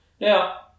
Now